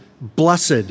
blessed